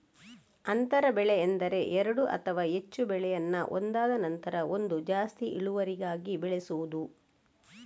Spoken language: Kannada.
ಅಂತರ ಬೆಳೆ ಎಂದರೆ ಎರಡು ಅಥವಾ ಹೆಚ್ಚು ಬೆಳೆಯನ್ನ ಒಂದಾದ ನಂತ್ರ ಒಂದು ಜಾಸ್ತಿ ಇಳುವರಿಗಾಗಿ ಬೆಳೆಸುದು